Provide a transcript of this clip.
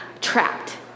trapped